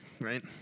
Right